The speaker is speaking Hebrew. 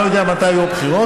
אני לא יודע מתי יהיו הבחירות,